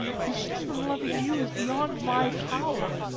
to cease from loving you is beyond my power.